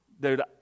dude